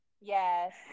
Yes